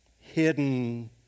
hidden